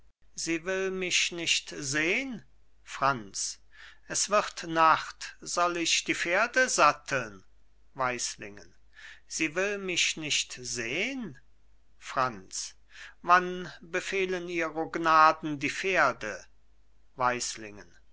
sie will mich nicht sehn franz es wird nacht soll ich die pferde satteln weislingen sie will mich nicht sehn franz wann befehlen ihro gnaden die pferde